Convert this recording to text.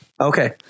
Okay